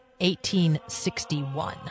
1861